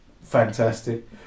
fantastic